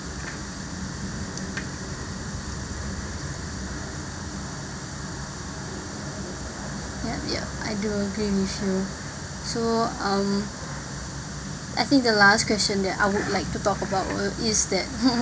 yup yup I do agree with you so um I think the last question that I would like to talk about is that